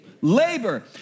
Labor